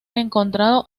encontrado